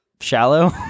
shallow